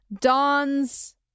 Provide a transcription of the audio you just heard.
Dawn's